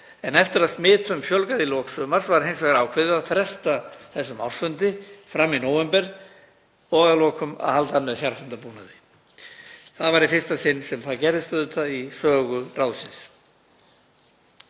En eftir að smitum fjölgað í lok sumars var hins vegar ákveðið að fresta ársfundinum fram í nóvember og að lokum að halda hann með fjarfundabúnaði. Það var í fyrsta sinn sem það gerðist í sögu ráðsins.